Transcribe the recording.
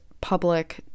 public